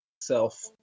Self